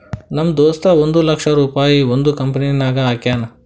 ನಮ್ ದೋಸ್ತ ಒಂದ್ ಲಕ್ಷ ರುಪಾಯಿ ಒಂದ್ ಕಂಪನಿನಾಗ್ ಹಾಕ್ಯಾನ್